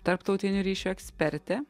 tarptautinių ryšių ekspertė